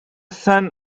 son